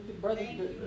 brother